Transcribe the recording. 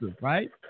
right